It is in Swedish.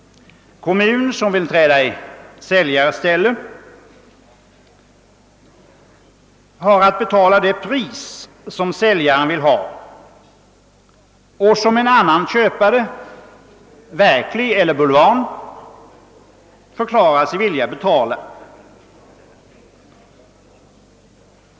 Kommun som vill träda i köpares ställe har att betala det pris som säljaren vill ha och som en annan köpare, verklig eller bulvan, förklarat sig villig att betala.